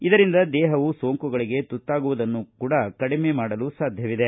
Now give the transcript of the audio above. ಇದರಿಂದ ದೇಹವು ಸೋಂಕುಗಳಿಗೆ ತುತ್ತಾಗುವುದನ್ನು ಕಡಿಮೆ ಮಾಡಲು ಸಾಧ್ಜವಿದೆ